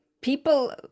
people